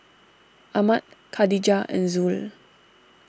Ahmad Katijah and Zul